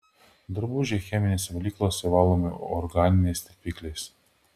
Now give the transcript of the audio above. drabužiai cheminėse valyklose valomi organiniais tirpikliais